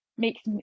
makes